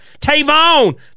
Tavon